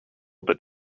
but